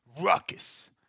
ruckus